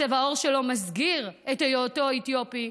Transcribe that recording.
צבע העור שלו מסגיר את היותו אתיופי,